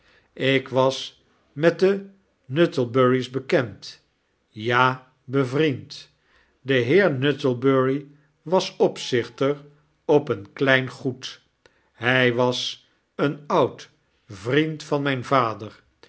ik was met de nuttlebury's bekend ja bevriend de heer nuttlebury was opzichter op een klein goed hy was een oud vriend van mp vader